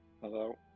Hello